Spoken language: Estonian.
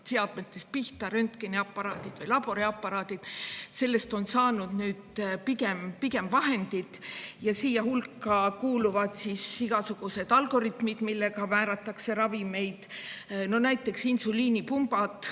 seadmetest pihta – röntgeniaparaadid või laboriaparaadid –, aga neist on saanud nüüd pigem vahendid. Ja siia hulka kuuluvad igasugused algoritmid, millega määratakse ravimeid – näiteks insuliinipumbad